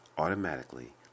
Automatically